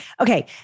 Okay